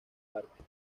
parque